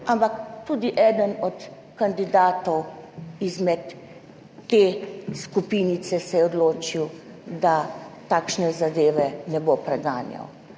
ampak tudi eden od kandidatov izmed te skupinice se je odločil, da takšne zadeve ne bo preganjal.